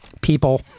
people